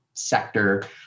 sector